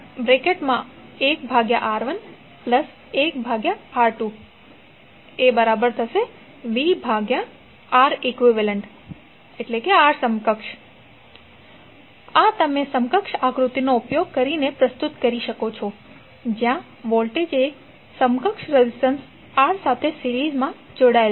તો અંતે ii1i2vR1vR2v1R11R2vReq આ તમે સમકક્ષ આકૃતિનો ઉપયોગ કરીને પ્રસ્તુત કરી શકો છો જ્યાં વોલ્ટેજ એ સમકક્ષ રેઝિસ્ટન્સ R સાથે સિરીઝમાં જોડાયેલ છે